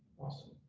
awesome.